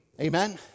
Amen